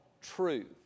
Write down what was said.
truth